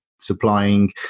Supplying